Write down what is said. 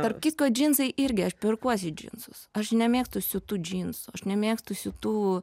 tarp kitko džinsai irgi aš perkuosi džinsus aš nemėgstu siūt tų džinsų aš nemėgstu siūt tų